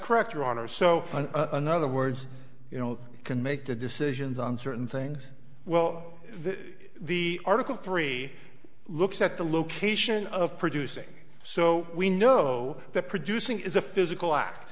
correct your honor so on another words you know you can make the decisions on certain things well the article three looks at the location of producing so we know that producing is a physical act